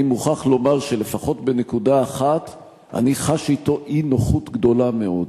אני מוכרח לומר שלפחות בנקודה אחת אני חש אתו אי-נוחות גדולה מאוד.